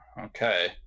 Okay